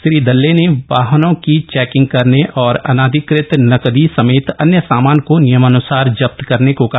श्री दले ने वाहनों की चैंकिग करने और अनाधिकृत नकदी समेत अन्य सामान को नियमानुसार जब्त को कहा